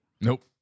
Nope